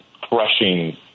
crushing